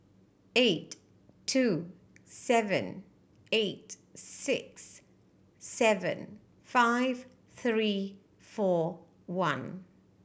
eight two seven eight six seven five three four one